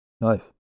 Nice